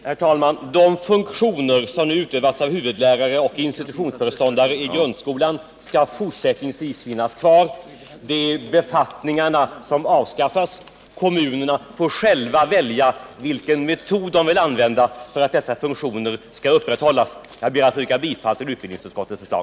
Herr talman! De funktioner som nu utövas av huvudlärare och institutionsföreståndare i grundskolan skall fortsättningsvis finnas kvar. Det är befattningarna som avskaffas. Kommunerna får själva välja vilken metod de vill använda för att dessa funktioner skall upprätthållas. Jag ber att få yrka bifall till utbildningsutskottets förslag.